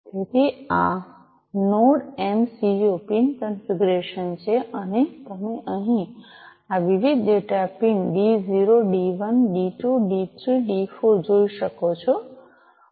તેથી આ આ નોડ એમસિયુ પિન કન્ફિગરેશન છે અને તમે અહીં આ વિવિધ ડેટા પિન ડી0 ડી૧ ડી૨ ડી૩ ડી૪ જોઈ શકો છો